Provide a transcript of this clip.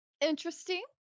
interesting